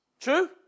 True